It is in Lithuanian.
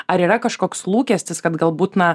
ar yra kažkoks lūkestis kad galbūt na